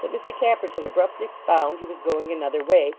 that mr tappertit abruptly found he was going another way,